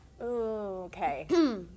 Okay